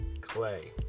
clay